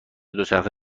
دوچرخه